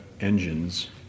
engines